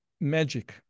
magic